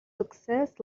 success